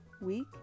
week